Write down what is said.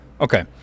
Okay